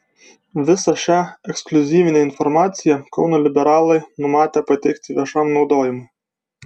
visą šią ekskliuzyvinę informaciją kauno liberalai numatę pateikti viešam naudojimui